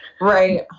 Right